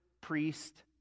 priest